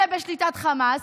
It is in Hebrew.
שבשליטת חמאס,